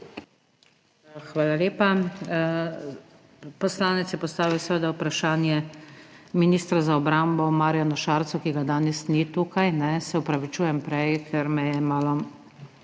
Hvala lepa. Poslanec je postavil seveda vprašanje ministru za obrambo, Marjanu Šarcu, ki ga danes ni tukaj. Se opravičujem, ker me je prej